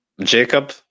Jacob